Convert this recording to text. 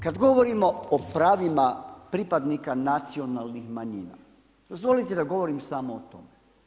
Kad govorimo o pravima pripadnika nacionalnih manjina, dozvolite da govorim samo o tome.